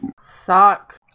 Sucks